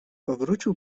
powrócił